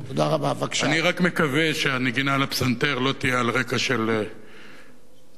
אני רק מקווה שהנגינה על הפסנתר לא תהיה על רקע של תל-אביב בוערת,